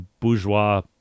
bourgeois